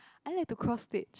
I like to cross stitch